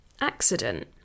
accident